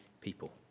people